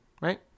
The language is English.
Right